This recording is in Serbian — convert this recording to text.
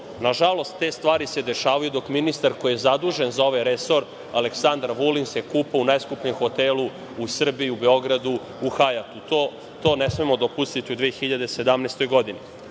Nažalost, te stvari se dešavaju dok ministar koji je zadužen za ovaj resor, Aleksandar Vulin, se kupa u najskupljem hotelu u Srbiji, u Beogradu, u Hajatu. To ne smemo dopustiti u 2017. godini.U